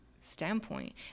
standpoint